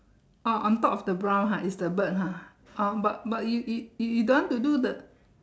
orh on top of the brown ha is the bird ha uh but but you you you you don't want to do the